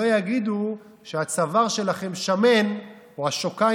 שלא יגידו שהצוואר שלכם שמן או השוקיים